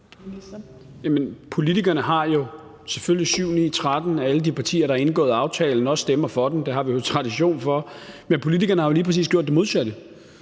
Politikerne har jo – selvfølgelig 7-9-13, alle de partier, der har indgået aftalen og også stemmer for den, for det har vi jo tradition for – lige præcis gjort det modsatte.